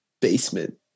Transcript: basement